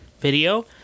video